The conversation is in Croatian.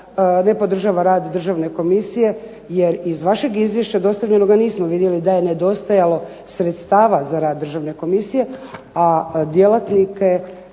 ne podržava rad Državne komisije jer iz vašeg izvješća dostavljenoga nismo vidjeli da je nedostajalo sredstava za rad Državne komisije, a djelatnike